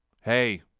Hey